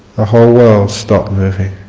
the whole world stopped moving